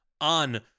on